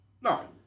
No